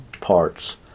parts